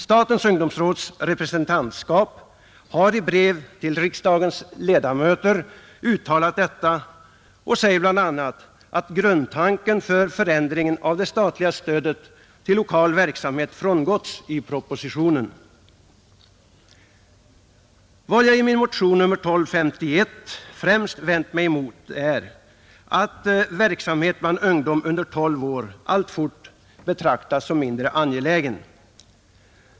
Statens ungdomsråds representantskap har i brev till riksdagens ledamöter uttalat detta och säger bl.a. att grundtanken för förändringen av det statliga stödet till lokal verksamhet frångåtts i propositionen. Vad jag i min motion nr 1251 främst vänt mig emot är, att verksamhet bland ungdom under 12 år alltfort betraktas som mindre angelägen.